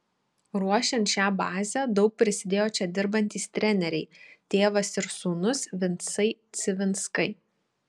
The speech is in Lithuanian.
ruošiant šią bazę daug prisidėjo čia dirbantys treneriai tėvas ir sūnus vincai civinskai